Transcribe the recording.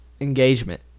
Engagement